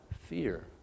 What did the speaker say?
Fear